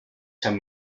san